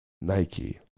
Nike